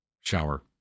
shower